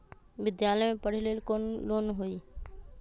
विद्यालय में पढ़े लेल कौनो लोन हई?